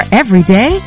everyday